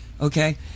okay